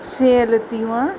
सेयल तीवड़